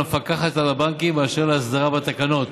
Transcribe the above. המפקחת על הבנקים באשר להסדרה בתקנות.